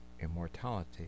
immortality